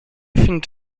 findet